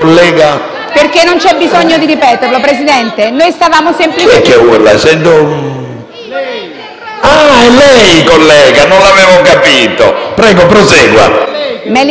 È lei, collega? Non lo avevo capito. Prego, prosegua,